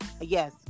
yes